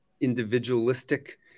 individualistic